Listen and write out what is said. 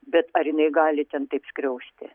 bet ar jinai gali ten taip skriausti